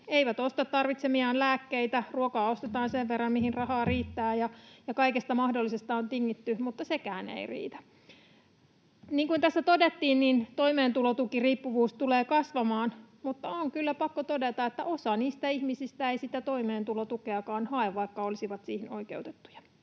eivät osta tarvitsemiaan lääkkeitä, ruokaa ostetaan sen verran, mihin rahaa riittää, ja kaikesta mahdollisesta on tingitty, mutta sekään ei riitä. Niin kuin tässä todettiin, toimeentulotukiriippuvuus tulee kasvamaan, mutta on kyllä pakko todeta, että osa niistä ihmisistä ei sitä toimeentulotukeakaan hae, vaikka olisivat siihen oikeutettuja.